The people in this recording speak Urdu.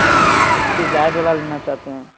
ہم اس سے زائد والا لینا چاہتے ہیں